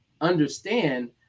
understand